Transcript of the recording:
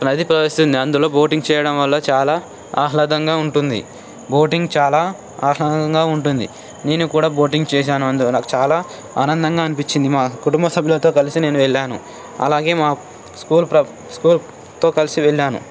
నది ప్రవహిస్తుంది అందులో బోటింగ్ చేయడం వల్ల చాలా ఆహ్లాదంగా ఉంటుంది బోటింగ్ చాలా ఆహ్లాదంగా ఉంటుంది నేను కూడా బోటింగ్ చేశాను అందువల్ల చాలా ఆనందంగా అనిపించింది మా కుటుంబ సభ్యులతో కలిసి నేను వెళ్లాను అలాగే మా స్కూల్ స్కూల్తో కలిసి వెళ్లాను